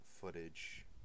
footage